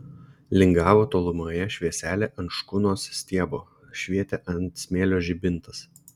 lingavo tolumoje švieselė ant škunos stiebo švietė ant smėlio žibintas